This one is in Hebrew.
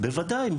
בוודאי.